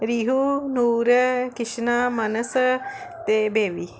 ਰੀਹੂ ਨੂਰ ਕ੍ਰਿਸ਼ਨਾ ਮਾਨਸ ਅਤੇ ਬੇਬੀ